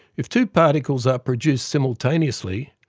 if two particles are produced simultaneously,